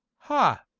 ha,